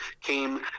came